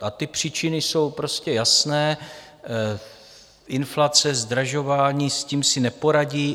A ty příčiny jsou prostě jasné, inflace, zdražování, s tím si neporadí.